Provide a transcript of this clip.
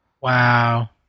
Wow